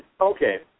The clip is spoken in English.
Okay